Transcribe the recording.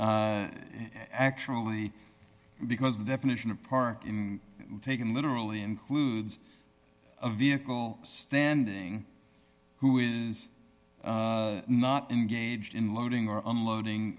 that actually because the definition of park in taken literally includes a vehicle standing who is not engaged in loading or unloading